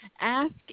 ask